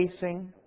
facing